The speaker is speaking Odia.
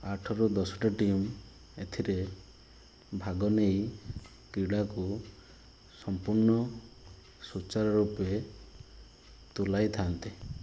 ଆଠରୁ ଦଶଟା ଟିମ୍ ଏଥିରେ ଭାଗନେଇ କ୍ରୀଡ଼ାକୁ ସମ୍ପୂର୍ଣ୍ଣ ସୁଚାରୁରୂପେ ତୁଲେଇଥାନ୍ତି